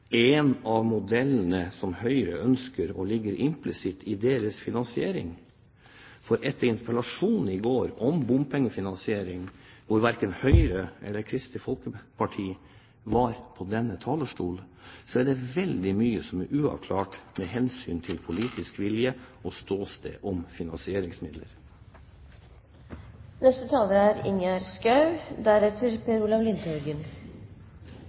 en av modellene som de ønsker, og som ligger implisitt i deres finansiering. For etter interpellasjonen i går om bompengefinansiering, hvor verken Høyre eller Kristelig Folkeparti var på denne talerstol, er det veldig mye som er uavklart med hensyn til politisk vilje og ståsted